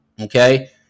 Okay